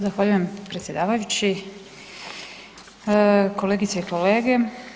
Zahvaljujem predsjedavajući, kolegice i kolege.